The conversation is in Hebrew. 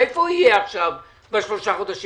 איפה יהיה בשלושת החודשים?